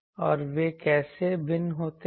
और वे कैसे भिन्न होते हैं